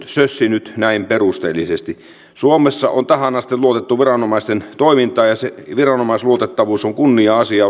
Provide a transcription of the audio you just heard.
sössinyt näin perusteellisesti suomessa on tähän asti luotettu viranomaisten toimintaan ja se viranomaisluotettavuus on kunnia asia